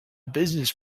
business